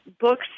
books